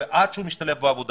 ואורך זמן עד שהוא משתלב בעבודה.